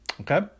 Okay